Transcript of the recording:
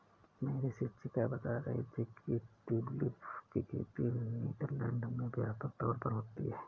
मेरी शिक्षिका बता रही थी कि ट्यूलिप की खेती नीदरलैंड में व्यापक तौर पर होती है